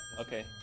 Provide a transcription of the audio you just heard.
okay